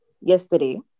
yesterday